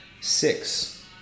Six